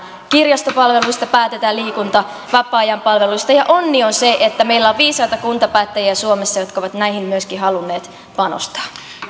kirjastopalveluista päätetään liikunta ja vapaa ajan palveluista ja onni on se että meillä on viisaita kuntapäättäjiä suomessa jotka ovat näihin myöskin halunneet panostaa